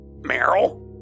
Meryl